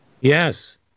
Yes